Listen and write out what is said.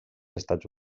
estats